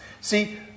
see